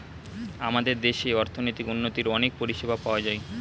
আমাদের দেশে অর্থনৈতিক উন্নতির অনেক পরিষেবা পাওয়া যায়